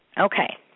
Okay